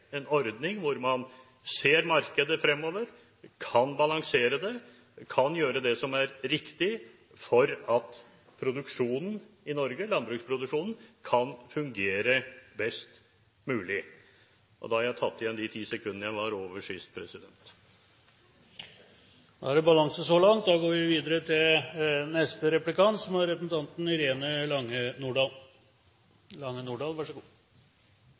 en ordning hvor man ser markedet fremover, kan balansere det, kan gjøre det som er riktig for at landbruksproduksjonen i Norge kan fungere best mulig. – Og da har jeg tatt inn de ti sekundene jeg var over sist, president! Da er det balanse så langt! Høyre har fremmet sin egen landbruksmelding, og vi